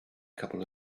couple